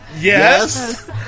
Yes